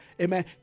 amen